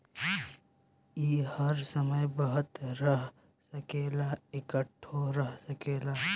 ई हर समय बहत रह सकेला, इकट्ठो रह सकेला